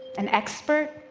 an expert,